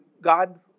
God